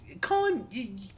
Colin